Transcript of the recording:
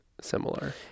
similar